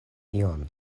ion